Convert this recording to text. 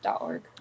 .org